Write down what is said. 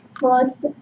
first